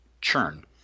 churn